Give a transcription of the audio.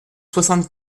soixante